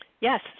Yes